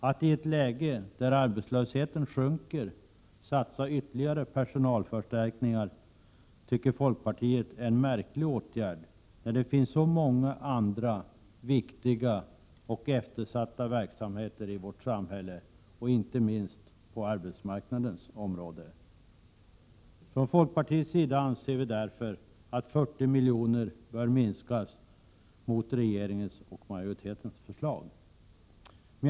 Attiett läge där arbetslösheten sjunker satsa på ytterligare personalförstärkningar tycker folkpartiet är en märklig åtgärd, när det finns så många andra viktiga och eftersatta verksamheter i vårt samhälle, inte minst på arbetsmarknadens område. Folkpartiet anser därför att regeringens och majoritetens förslag bör minskas med 40 miljoner.